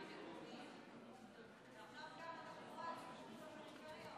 ועכשיו גם התחבורה הציבורית בפריפריה עולה.